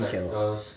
T_P cannot